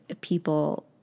people